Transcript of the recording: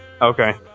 okay